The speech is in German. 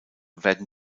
werden